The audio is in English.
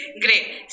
great